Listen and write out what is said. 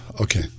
Okay